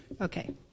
Okay